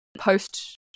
post